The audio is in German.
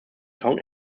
beton